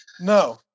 No